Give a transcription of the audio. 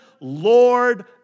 Lord